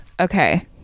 okay